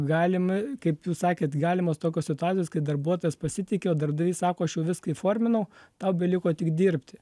galimi kaip jūs sakėt galimos tokios situacijos kai darbuotojas pasitiki o darbdavys sako aš jau viską įforminau tau beliko tik dirbti